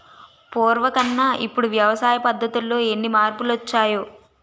పూర్వకన్నా ఇప్పుడు వ్యవసాయ పద్ధతుల్లో ఎన్ని మార్పులొచ్చాయో